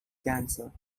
cancer